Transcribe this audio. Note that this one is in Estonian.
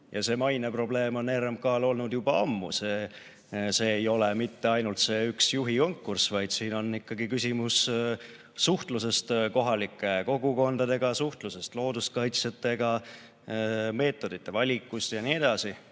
Ja see maineprobleem on RMK‑l olnud juba ammu, see ei ole mitte ainult see üks juhikonkurss, vaid siin on küsimus suhtluses kohalike kogukondadega, suhtluses looduskaitsjatega, meetodite valikus ja nii edasi.